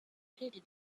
located